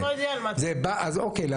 מה